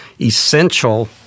essential